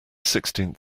sixteenth